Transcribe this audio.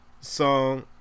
song